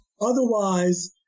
Otherwise